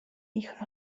ich